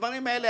הדברים האלה,